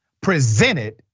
presented